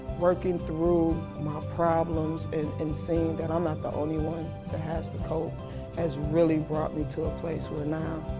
working through my problems and and seeing that i'm not the only one that has to cope has really brought me to a place where now